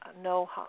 no